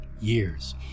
years